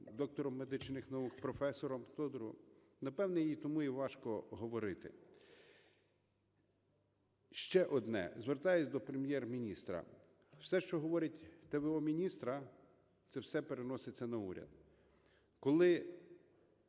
доктором медичних наук, професором Тодуровим? Напевно, їй тому і важко говорити. Ще одне. Звертаюсь до Прем'єр-міністра. Все, що говорить т.в.о. міністра, це все переноситься на уряд. Коли